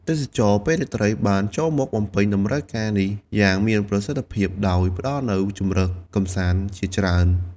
ទេសចរណ៍ពេលរាត្រីបានចូលមកបំពេញតម្រូវការនេះយ៉ាងមានប្រសិទ្ធភាព ដោយផ្ដល់នូវជម្រើសកម្សាន្តជាច្រើន។